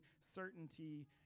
certainty